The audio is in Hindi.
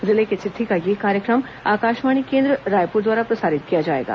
जिले की चिट्ठी का यह कार्यक्रम आकाशवाणी केंद्र रायप्र द्वारा प्रसारित किया जाएगा